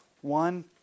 One